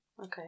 okay